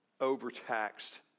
overtaxed